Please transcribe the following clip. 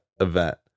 event